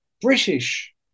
British